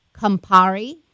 Campari